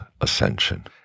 ascension